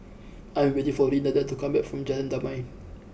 I am waiting for Renada to come back from Jalan Damai